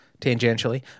tangentially